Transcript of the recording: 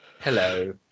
Hello